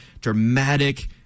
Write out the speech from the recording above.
dramatic